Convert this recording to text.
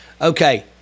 Okay